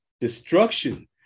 destruction